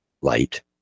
light